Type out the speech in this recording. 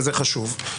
וזה חשוב.